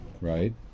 right